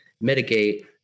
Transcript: mitigate